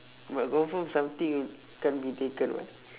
but confirm something can't be taken [what]